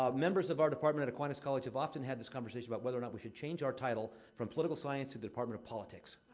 members of our department at aquinas college have often had this conversation about whether or not we should change our title from political science to the department of politics.